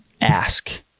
ask